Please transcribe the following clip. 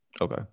okay